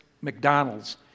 McDonald's